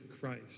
Christ